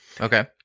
Okay